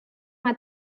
uma